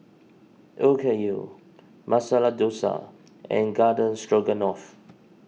Okayu Masala Dosa and Garden Stroganoff